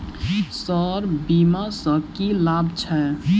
Sir बीमा सँ की लाभ छैय?